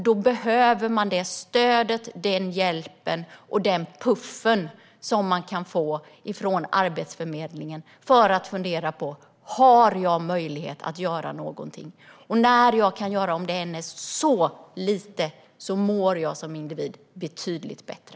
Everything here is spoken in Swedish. Då behöver man det stöd, den hjälp och den puff som man kan få från Arbetsförmedlingen för att fundera på om man har möjlighet att göra någonting. Om man kan göra något, även om det är så lite, mår man som individ betydligt bättre.